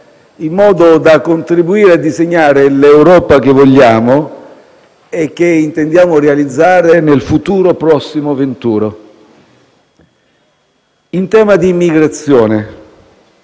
in modo da contribuire a disegnare l'Europa che vogliamo e che intendiamo realizzare nel futuro prossimo venturo. In tema di immigrazione